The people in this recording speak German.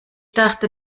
dachte